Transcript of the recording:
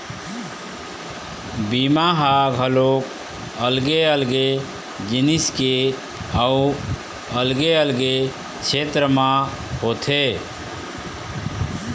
बीमा ह घलोक अलगे अलगे जिनिस के अउ अलगे अलगे छेत्र म होथे